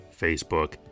Facebook